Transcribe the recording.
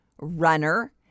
runner